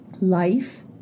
Life